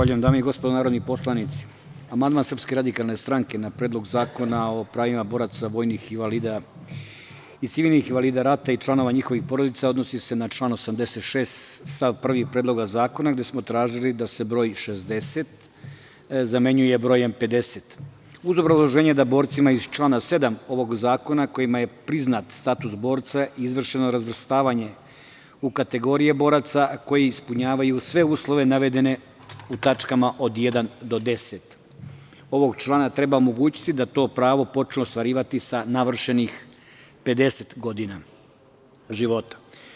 Dame i gospodo narodni poslanici, amandman SRS na Predlog zakona o pravima boraca, vojnih invalida i civilnih invalida rata i članova njihovih porodica, odnosi se na član 86. stav 1. Predloga zakona, gde smo tražili da se broj 60, zameni brojem 50, uz obrazloženje da borcima iz člana 7. ovog zakona, kojima je priznat status borca, izvršeno razvrstavanje u kategorije boraca, koji ispunjavaju sve uslove, navedene u tačkama od 1. do 10. ovog člana i treba omogućiti da to pravo počnu ostvarivati sa navršenih 50 godina života.